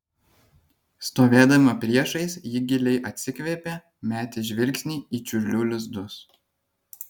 stovėdama priešais ji giliai atsikvėpė metė žvilgsnį į čiurlių lizdus